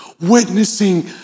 witnessing